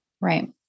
right